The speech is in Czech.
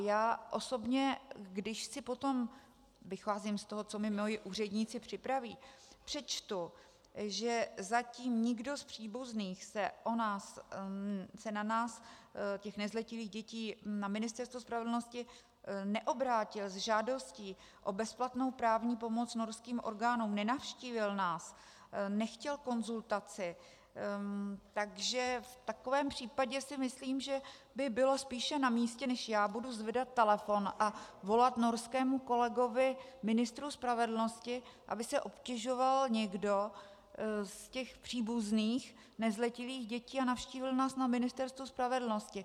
Já osobně, když si potom vycházím z toho, co mi moji úředníci připraví přečtu, že zatím nikdo z příbuzných těch nezletilých dětí se na nás, na Ministerstvo spravedlnosti, neobrátil s žádostí o bezplatnou právní pomoc norským orgánům, nenavštívil nás, nechtěl konzultaci, v takovém případě si myslím, že by bylo spíše namístě, než já budu zvedat telefon a volat norskému kolegovi, ministru spravedlnosti, aby se obtěžoval někdo z těch příbuzných nezletilých dětí a navštívil nás na Ministerstvu spravedlnosti.